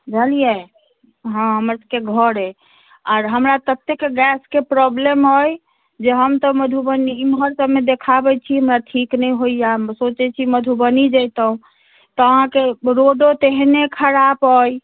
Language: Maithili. बुझलियै हॅं हमर सबके घर अछि आओर हमरा ततेक गैस के प्रॉब्लम अछि जे हम तऽ मधुबनी एमहर सबमे देखाबै छी हमरा ठीक नहि होइया सोचै छी मधुबनी जइतहुॅं तऽ अहाँके रोडो तेहने खराब अछि